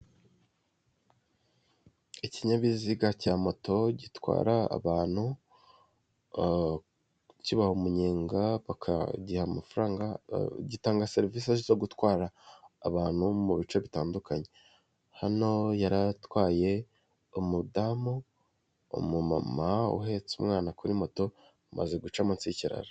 Ikinyabiziga cya moto gitwara abantu kibaha umunyenga bakagiha amafaranga, gitanga serivisi zo gutwara abantu mu bice bitandukanye, hano yari atwaye umudamu, umumama uhetse umwana kuri moto, bamaze guca munsi y'ikiraro